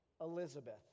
Elizabeth